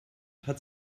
hat